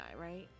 right